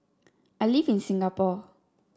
I live in Singapore